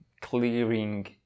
clearing